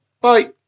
Bye